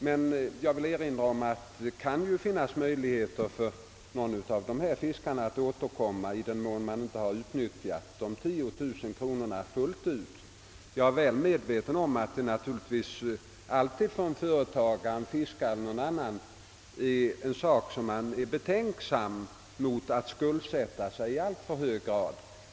Men jag vill erinra om att det kan finnas möjligheter för någon av dessa fiskare att återkomma i den mån han inte utnyttjar de 10 000 kronorna fullt ut. Jag är väl medveten om att en företagare — fiskare eller annan — naturligtvis alltid är betänksam mot att skuldsätta sig i alltför hög grad.